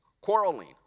quarreling